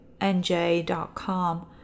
nj.com